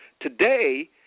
Today